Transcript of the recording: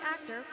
actor